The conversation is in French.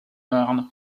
marne